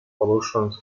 pollution